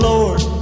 Lord